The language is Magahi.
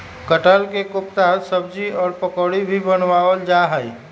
कटहल के कोफ्ता सब्जी और पकौड़ी भी बनावल जा हई